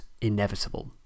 inevitable